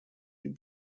die